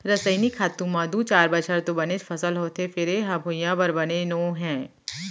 रसइनिक खातू म दू चार बछर तो बनेच फसल होथे फेर ए ह भुइयाँ बर बने नो हय